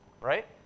right